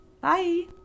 Bye